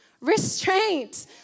restraint